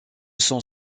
sont